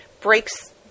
breaks